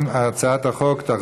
התשע"ט 2019,